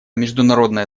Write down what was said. международное